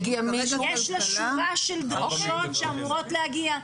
יש לה שורה של דרישות שאמורות להגיע.